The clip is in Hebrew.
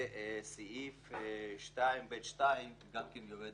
וסעיף 2 (ב)(2) גם כן יורד